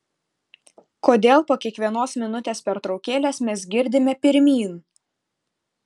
kodėl po kiekvienos minutės pertraukėlės mes girdime pirmyn